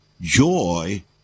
joy